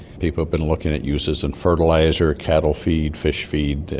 people have been looking at uses in fertiliser, cattle feed, fish feed,